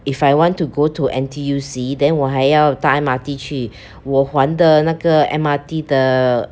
if I want to go to N_T_U_C then 我还要搭 M_R_T 去我还的那个 M_R_T 的